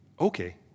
okay